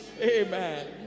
Amen